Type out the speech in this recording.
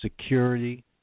security